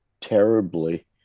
terribly